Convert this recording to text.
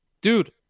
dude